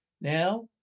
Now